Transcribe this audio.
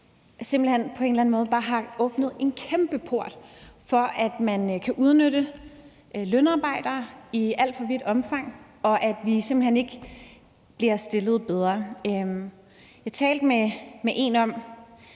at vi på en eller anden måde bare har åbnet en kæmpe port for, at man kan udnytte lønarbejdere i alt for vidt omfang, og at de simpelt hen ikke bliver stillet bedre. Jeg talte med en om,